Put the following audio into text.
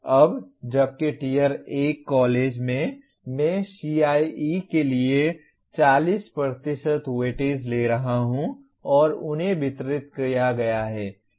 अब जबकि tier 1 college में मैं CIE के लिए 40 वेटेज ले रहा हूं और उन्हें वितरित किया गया है